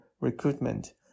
recruitment